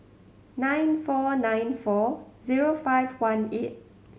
nine four nine four zero five one eight